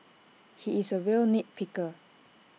he is A real nit picker